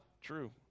true